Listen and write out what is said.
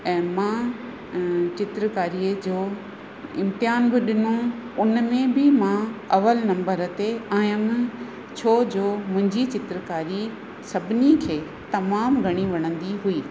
ऐं मां चित्रकारीअ जो इम्तियान बि ॾिनो हुन में बि मां अवल नंबर ते आयमि छो जो मुंहिंजी चित्रकारी सभिनी खे तमामु घणी वणंदी हुई